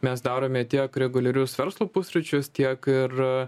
mes darome tiek reguliarius verslo pusryčius tiek ir